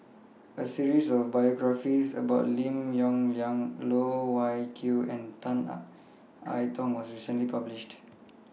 A series of biographies about Lim Yong Liang Loh Wai Kiew and Tan I Tong was recently published